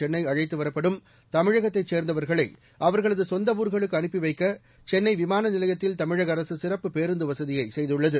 சென்னை அழைத்து வரப்படும் தமிழகத்தைச் சேர்ந்தவர்களை அவர்களது சொந்த ஊர்களுக்கு அனுப்பி வைக்க சென்னை விமான நிலையத்தில் தமிழக அரசு சிறப்பு பேருந்து வசதியை செய்துள்ளது